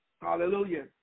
Hallelujah